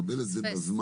מקבל את זה בזמן,